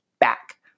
back